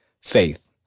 faith